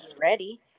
ready